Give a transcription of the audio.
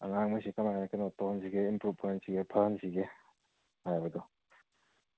ꯑꯉꯥꯡꯈꯩꯁꯤ ꯀꯃꯥꯏꯅ ꯀꯩꯅꯣ ꯇꯧꯍꯟꯁꯤꯒꯦ ꯏꯝꯄ꯭ꯔꯨꯞ ꯑꯣꯏꯍꯟꯁꯤꯒꯦ ꯐꯍꯟꯁꯤꯒꯦ ꯍꯥꯏꯕꯗꯣ